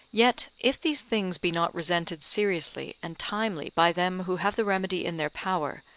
yet if these things be not resented seriously and timely by them who have the remedy in their power,